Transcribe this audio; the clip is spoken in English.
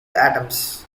atoms